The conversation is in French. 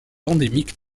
endémique